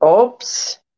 Oops